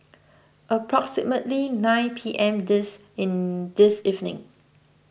approximately nine P M this in this evening